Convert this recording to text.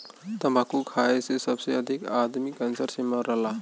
तम्बाकू खाए से सबसे अधिक आदमी कैंसर से मरला